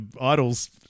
idols